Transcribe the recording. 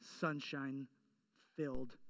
sunshine-filled